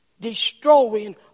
destroying